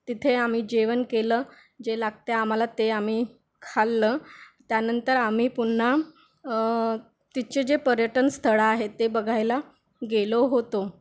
तिथे आम्ही जेवण केलं जे लागते आम्हाला ते आम्ही खाल्लं त्यानंतर आम्ही पुन्हा तिथचे जे पर्यटन स्थळं आहेत ते बघायला गेलो होतो